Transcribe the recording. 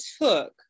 took